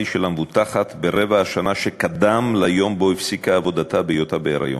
של המבוטחת ברבע השנה שקדם ליום שבו הפסיקה עבודתה בהיותה בהיריון.